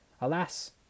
Alas